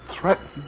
threatened